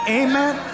amen